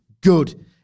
good